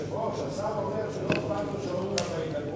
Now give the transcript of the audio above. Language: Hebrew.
השר אומר שלא אכפת לו שעוד כמה ידברו.